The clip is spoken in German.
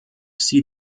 sie